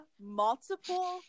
multiple